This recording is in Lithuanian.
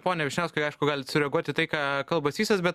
pone vyšniauskai aišku galit sureaguot į tai ką kalba sysas bet